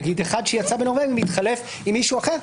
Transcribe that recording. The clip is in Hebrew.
נגיד אחד שיצא בנורבגי מתחלף עם מישהו אחר,